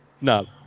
No